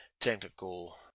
technical